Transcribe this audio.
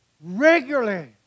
regularly